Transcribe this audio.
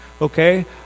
okay